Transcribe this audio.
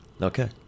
okay